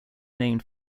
named